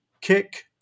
kick